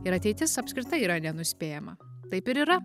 ir ateitis apskritai yra nenuspėjama taip ir yra